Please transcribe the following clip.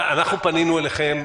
אנחנו פנינו אליכם,